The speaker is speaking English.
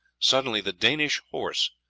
suddenly the danish horse,